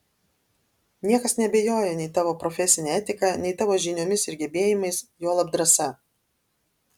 niekas neabejoja nei tavo profesine etika nei tavo žiniomis ir gebėjimais juolab drąsa